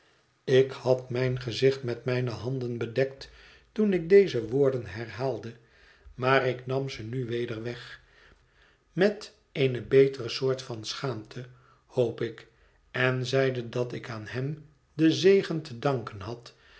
ik had mijn gezicht met mijne handen bedekt toen ik deze woorden herhaalde maar ik nam ze nu weder weg met eene betere soort van schaamte hoop ik en zeide dat ik aan hem den zegen te danken had